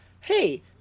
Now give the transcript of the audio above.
hey